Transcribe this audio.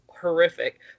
horrific